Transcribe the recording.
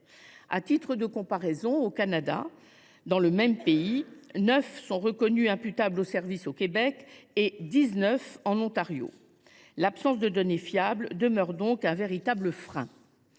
À titre de comparaison, au Canada, neuf cancers sont reconnus imputables au service au Québec et dix neuf en Ontario. L’absence de données fiables demeure donc un véritable frein.